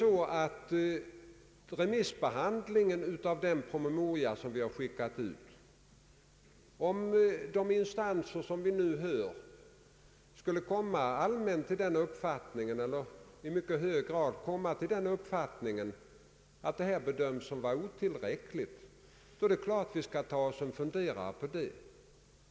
Om de remissinstanser som skall yttra sig över den promemoria vi har skickat ut allmänt eller i mycket hög grad skulle komma till den uppfattningen att det är otillräckligt med vad som föreslås måste vi ta oss en funderare på det.